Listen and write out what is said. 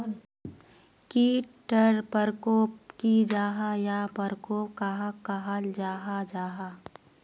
कीट टर परकोप की जाहा या परकोप कहाक कहाल जाहा जाहा?